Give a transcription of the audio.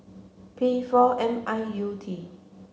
P four M I U T